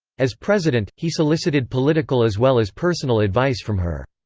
as president, he solicited political as well as personal advice from her.